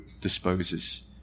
disposes